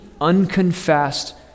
unconfessed